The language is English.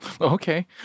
okay